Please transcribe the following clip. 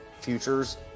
futures